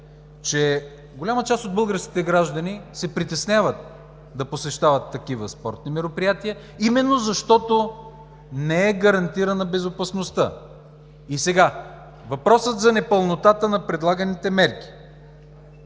че голяма част от българските граждани се притесняват да посещават такива спортни мероприятия, именно защото не е гарантирана безопасността. И сега е въпросът за непълнотата на предлаганите мерки: